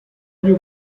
byo